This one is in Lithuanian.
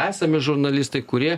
esami žurnalistai kurie